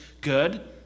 good